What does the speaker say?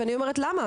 ואני אומרת למה?